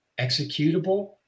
executable